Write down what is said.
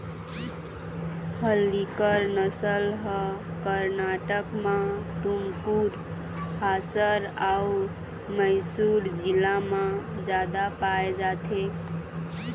हल्लीकर नसल ह करनाटक म टुमकुर, हासर अउ मइसुर जिला म जादा पाए जाथे